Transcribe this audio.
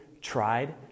tried